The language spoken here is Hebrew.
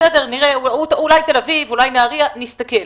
בסדר, נראה, אולי תל אביב, אולי נהריה, נסתכל.